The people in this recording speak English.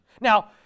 now